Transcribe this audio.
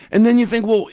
and then you think well,